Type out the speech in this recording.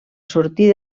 sortir